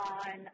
on